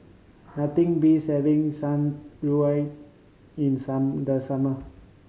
nothing beats having Shan Rui in some the summer